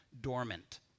dormant